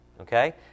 Okay